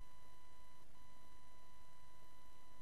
למשפחה,